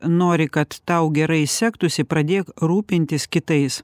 nori kad tau gerai sektųsi pradėk rūpintis kitais